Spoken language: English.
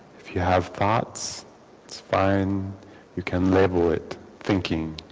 if you have thoughts it's fine you can level it thinking